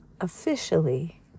officially